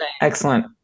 Excellent